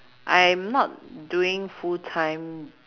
I'm not doing full time